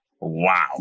Wow